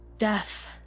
Death